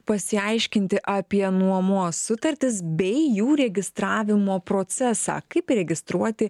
pasiaiškinti apie nuomuos sutartis bei jų registravimo procesą kaip įregistruoti